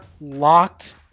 locked